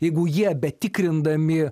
jeigu jie betikrindami